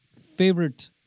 favorite